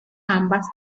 ambas